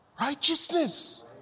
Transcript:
righteousness